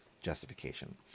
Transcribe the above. justification